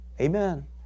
Amen